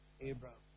Abraham